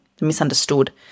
misunderstood